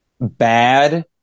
bad